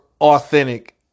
authentic